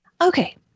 Okay